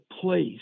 place